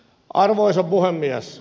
arvoisa puhemies